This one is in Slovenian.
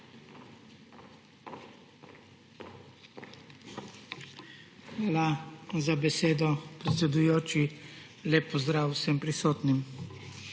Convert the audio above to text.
hvala za besedo. Lep pozdrav vsem prisotnim!